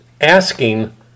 asking